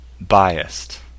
biased